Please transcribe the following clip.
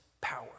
power